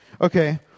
Okay